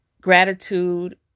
Gratitude